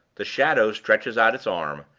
the shadow stretches out its arm,